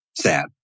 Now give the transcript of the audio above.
sad